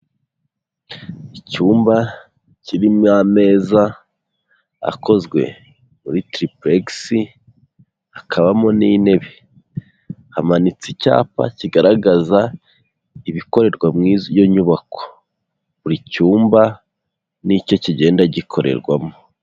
Icyumba kirimo ameza akozwe muri tiripuregisi, hakabamo n'intebe, hamanitse icyapa kigaragaza ibikorerwa mu iyo nyubako, buri cyumba nicyo kigenda gikorerwamo.